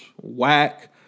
whack